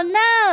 no